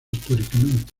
históricamente